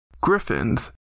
Griffins